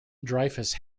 dreyfus